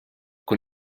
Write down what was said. con